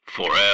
Forever